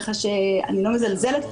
כך שאני לא מזלזלת כמובן,